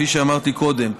כפי שאמרתי קודם,